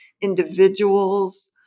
individuals